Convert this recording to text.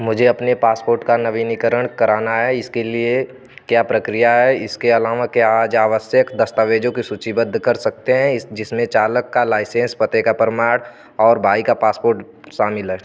मुझे अपने पासपोर्ट का नवीनीकरण कराना है इसके लिए क्या प्रक्रिया है इसके अलावा क्या आप आवश्यक दस्तावेज़ों को सूचीबद्ध कर सकते हैं जिसमें चालक का लाइसेंस पते का प्रमाण और भाई का पासपोर्ट शामिल है